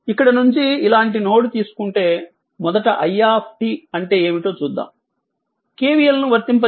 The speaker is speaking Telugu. ఇక్కడ నుంచి ఇలాంటి నోడ్ తీసుకుంటే మొదట i అంటే ఏమిటో చూద్దాం KVL ను వర్తింపజేయండి